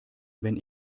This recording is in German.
wenn